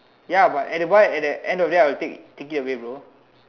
ya but at the bar at the at the end of the day I will take I will take it away bro